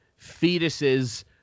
fetuses